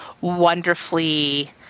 wonderfully